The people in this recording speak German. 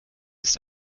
ist